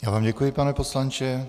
Já vám děkuji, pane poslanče.